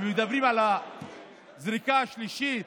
מדברים על הזריקה השלישית,